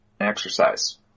exercise